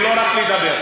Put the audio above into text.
ולא רק לדבר.